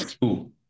Cool